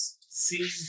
see